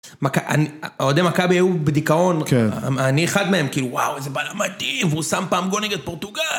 אוהדי מכבי היו בדיכאון, אני אחד מהם כאילו וואו איזה בעל מדהים והוא שם פעם גונג את פורטוגל.